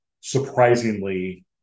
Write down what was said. surprisingly